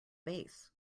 base